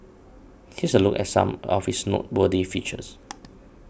here's a look at some of its noteworthy features